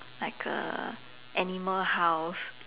like a animal house